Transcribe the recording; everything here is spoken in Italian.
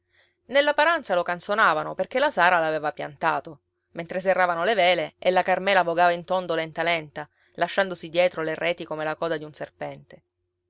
nella paranza lo canzonavano perché la sara l'aveva piantato mentre serravano le vele e la carmela vogava in tondo lenta lenta lasciandosi dietro le reti come la coda di un serpente